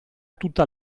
tutta